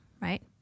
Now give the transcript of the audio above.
right